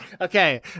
okay